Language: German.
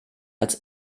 als